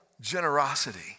generosity